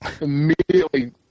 Immediately